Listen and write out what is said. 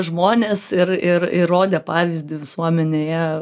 žmonės ir ir ir rodė pavyzdį visuomenėje